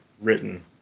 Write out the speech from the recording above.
written